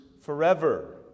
forever